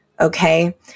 okay